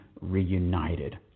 reunited